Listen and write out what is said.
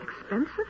Expensive